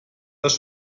das